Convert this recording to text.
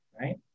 right